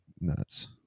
nuts